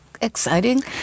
exciting